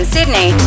Sydney